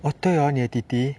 oh 对哦你的弟弟